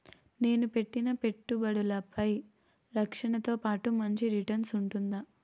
నేను పెట్టిన పెట్టుబడులపై రక్షణతో పాటు మంచి రిటర్న్స్ ఉంటుందా?